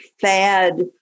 fad